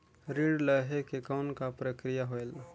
ऋण लहे के कौन का प्रक्रिया होयल?